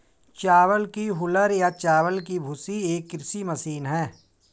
चावल की हूलर या चावल की भूसी एक कृषि मशीन है